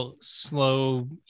slow